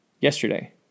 yesterday